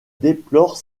déplorent